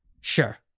Sure